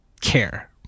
care